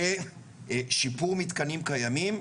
בשיפור מתקנים קיימים,